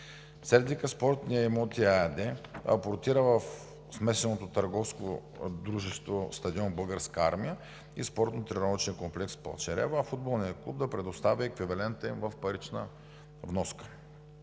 „Сердика спортни имоти“ ЕАД апортира в смесеното търговско дружество стадион „Българска армия“ и Спортно-тренировъчния комплекс „Панчарево“, а футболният клуб да предостави еквивалента им в парична вноска.